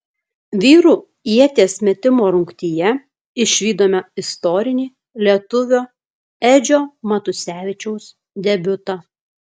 vyrų ieties metimo rungtyje išvydome istorinį lietuvio edžio matusevičiaus debiutą